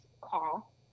call